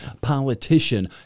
politician